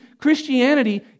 Christianity